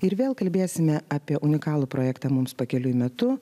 ir vėl kalbėsime apie unikalų projektą mums pakeliui metu